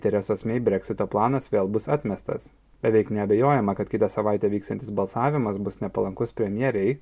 teresos mei breksito planas vėl bus atmestas beveik neabejojama kad kitą savaitę vyksiantis balsavimas bus nepalankus premjerei